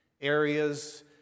areas